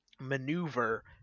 maneuver